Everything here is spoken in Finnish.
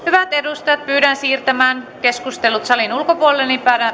hyvät edustajat pyydän siirtämään keskustelut salin ulkopuolelle niin